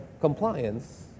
compliance